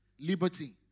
liberty